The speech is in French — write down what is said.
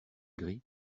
gris